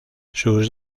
sus